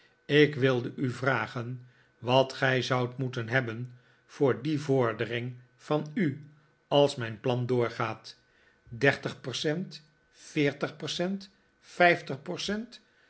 ik wilde u vragen wat gij zoudt moeten hebben voor die vordering van u als mijn plan doorgaat dertig percent veertig percent vijftig percent